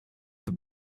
but